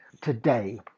today